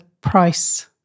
price